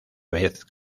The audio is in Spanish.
vez